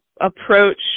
approach